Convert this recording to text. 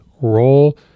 roll